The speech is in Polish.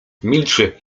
milczy